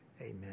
amen